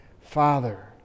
Father